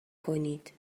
کنید